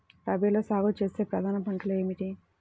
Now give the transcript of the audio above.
రబీలో సాగు చేసే ప్రధాన పంటలు ఏమిటి?